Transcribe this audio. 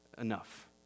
enough